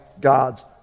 God's